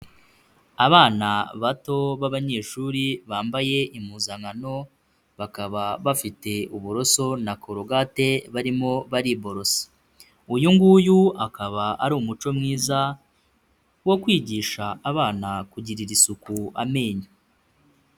Abana bato b'abanyeshuri bambaye impuzankano, bakaba bafite uburoso na korogate barimo bariborosa. Uyu nguyu akaba ari umuco mwiza wo kwigisha abana kugirira isuku amenyo.